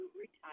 retire